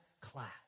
class